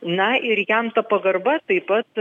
na ir jam ta pagarba taip pat